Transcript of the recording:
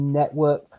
network